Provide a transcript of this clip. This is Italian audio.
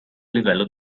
livello